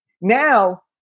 Now